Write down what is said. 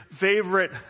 favorite